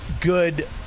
good